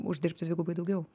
uždirbti dvigubai daugiau